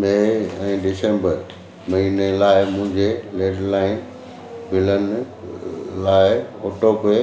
मए ऐं डिशेंबर महिने लाइ मुंहिंजी लैंडलाइन बिलनि लाइ ऑटोपे